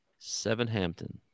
Sevenhampton